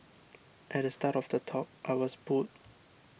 at the start of the talk I was booed